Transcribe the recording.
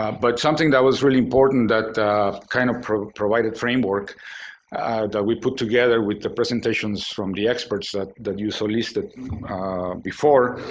but something that was really important that kind of of provided framework that we put together with the presentations from the experts that that you saw listed before,